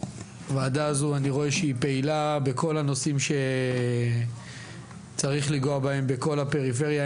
ועדה זו אני רואה שהיא פעילה בכל הנושאים שצריך לגעת בהם בכל הפריפריה,